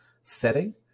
setting